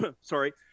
sorry